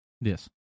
yes